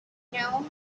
know